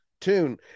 tune